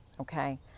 Okay